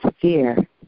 fear